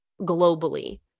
globally